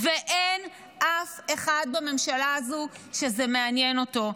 אין אף אחד בממשלה הזו שזה מעניין אותו.